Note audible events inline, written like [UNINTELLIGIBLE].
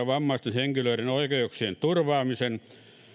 [UNINTELLIGIBLE] vammaisten henkilöiden oikeuksien turvaamisen